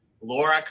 laura